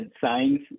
signs